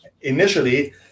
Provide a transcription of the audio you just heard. Initially